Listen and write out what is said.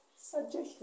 suggestion